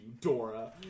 Dora